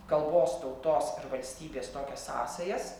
kalbos tautos ir valstybės tokias sąsajas